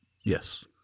Yes